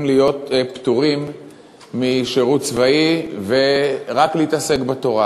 להיות פטורים משירות צבאי ולהתעסק רק בתורה.